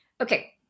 Okay